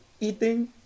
eating